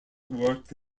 worked